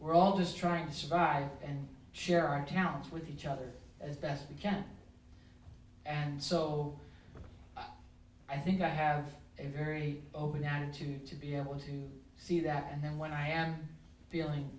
just trying to survive and share our talents with each other as best we can and so i think i have a very open attitude to be able to see that and then when i am feeling